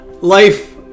life